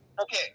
Okay